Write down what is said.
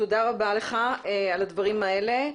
תודה רבה לך על הדברים האלה.